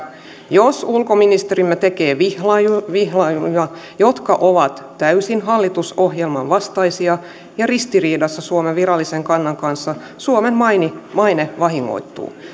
jos ulkoministerimme tekee vihjailuja jotka ovat täysin hallitusohjelman vastaisia ja ristiriidassa suomen virallisen kannan kanssa suomen maine vahingoittuu